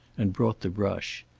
and brought the brush.